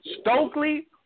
stokely